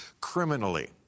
Criminally